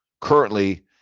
currently